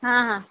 हां हां